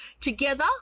Together